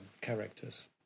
characters